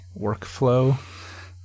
workflow